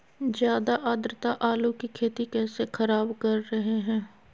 ज्यादा आद्रता आलू की खेती कैसे खराब कर रहे हैं?